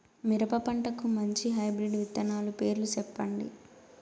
మిరప పంటకు మంచి హైబ్రిడ్ విత్తనాలు పేర్లు సెప్పండి?